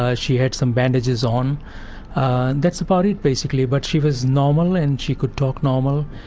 ah she had some bandages on. and that's about it basically, but she was normal, and she could talk normal.